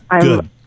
good